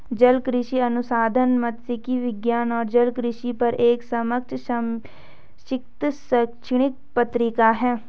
जलकृषि अनुसंधान मात्स्यिकी विज्ञान और जलकृषि पर एक समकक्ष समीक्षित शैक्षणिक पत्रिका है